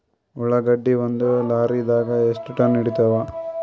ಉಳ್ಳಾಗಡ್ಡಿ ಒಂದ ಲಾರಿದಾಗ ಎಷ್ಟ ಟನ್ ಹಿಡಿತ್ತಾವ?